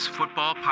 Football